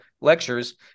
lectures